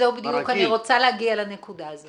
אני רוצה להגיע לנקודה הזו.